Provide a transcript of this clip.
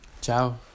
Ciao